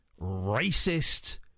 racist